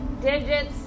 digits